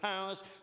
powers